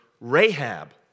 Rahab